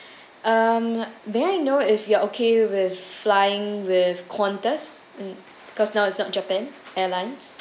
um may I you know if you are okay with flying with qantas because now it's not japan airlines